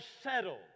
settled